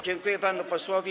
Dziękuję panu posłowi.